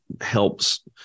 helps